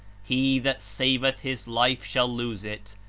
he that saveth his life shall lose it,